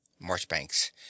marchbanks